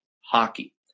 hockey